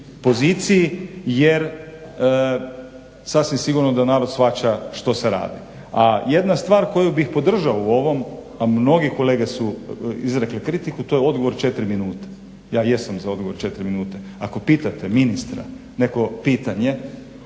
poziciji, jer sasvim sigurno da narod shvaća što se radi. A jedna stvar koju bih podržao u ovom a mnogi kolege su izrekli kritiku to je odgovor četiri minute. Ja jesam za odgovor četiri minute. Ako pitate ministra neko pitanje